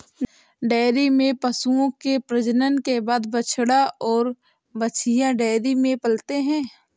dairy में पशुओं के प्रजनन के बाद बछड़ा और बाछियाँ डेयरी में पलते हैं